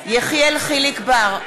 יחיאל חיליק בר,